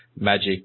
magic